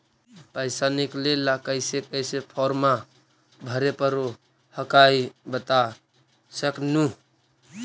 पैसा निकले ला कैसे कैसे फॉर्मा भरे परो हकाई बता सकनुह?